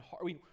hard